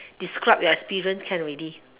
describe your experience can ready